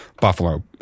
Buffalo